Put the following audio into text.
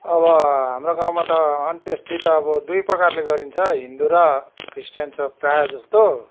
अब हाम्रो गाउँमा त अन्त्योष्टि त अब दुई प्रकार गरिन्छ हिन्दू र ख्रिस्टियन छ प्रायः जस्तो